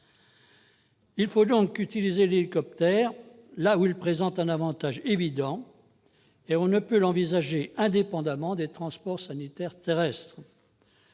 Il faut donc utiliser l'hélicoptère quand il présente un avantage évident. On ne peut l'envisager indépendamment des transports sanitaires terrestres.